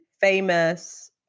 famous